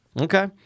Okay